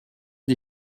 des